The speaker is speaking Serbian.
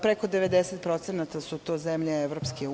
Preko 90% su to zemlje EU.